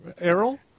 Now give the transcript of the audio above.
errol